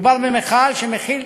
מדובר במכל שמכיל